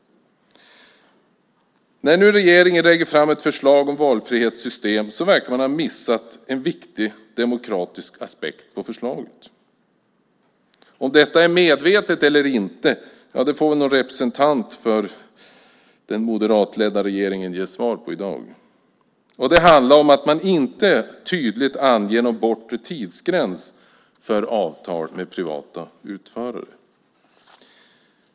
När nu regeringen lägger fram ett förslag om valfrihetssystem verkar man ha missat en viktig demokratisk aspekt på förslaget. Om detta är medvetet eller inte får väl någon representant för den moderatledda regeringen ge svar på i dag. Det handlar om att man inte tydligt anger någon bortre tidsgräns för avtal med privata utförare.